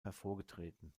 hervorgetreten